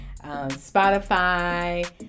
spotify